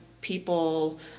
people